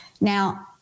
now